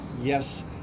yes